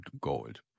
gold